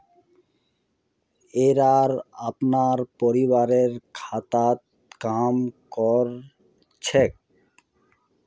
येरा अपनार परिवारेर खेततत् काम कर छेक